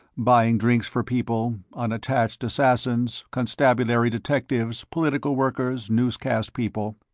buying drinks for people unattached assassins, constabulary detectives, political workers, newscast people.